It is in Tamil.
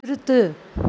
நிறுத்து